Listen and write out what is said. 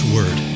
Word